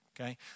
Okay